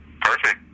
perfect